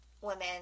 women